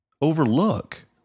overlook